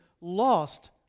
lost